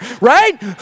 right